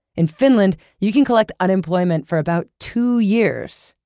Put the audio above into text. in finland, you can collect unemployment for about two years,